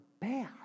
bad